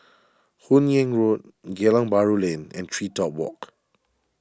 Hun Yeang Road Geylang Bahru Lane and TreeTop Walk